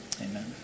Amen